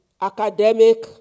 academic